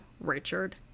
Richard